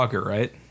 right